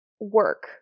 work